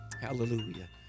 Hallelujah